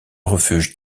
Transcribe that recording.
refuge